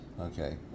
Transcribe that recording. Okay